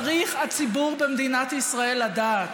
צריך הציבור במדינת ישראל לדעת: